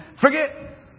forget